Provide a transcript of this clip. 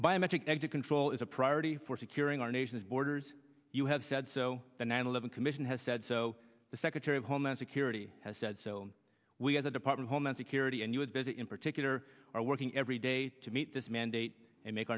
biometric exit control is a priority for securing our nation's borders you have said so the nine eleven commission has said so the secretary of homeland security has said so we have the department homeland security and u s visit in particular are working every day to meet this mandate and make